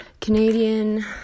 Canadian